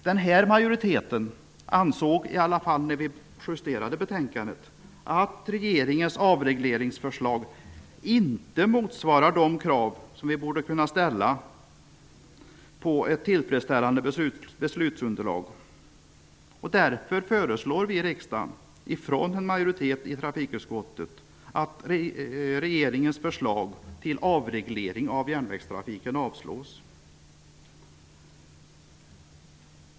Den majoriteten ansåg i alla fall när vi justerade betänkandet att regeringens avregleringsförslag inte motsvarar de krav som vi borde kunna ställa på ett tillfredsställande beslutsunderlag. Därför föreslår vi riksdagen, från en majoritet i trafikutskottet, att regeringens förslag till avreglering av järnvägstrafiken avslås.